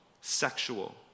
sexual